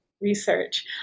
research